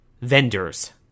vendors